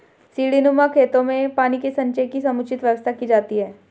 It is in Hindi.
सीढ़ीनुमा खेतों में पानी के संचय की समुचित व्यवस्था की जाती है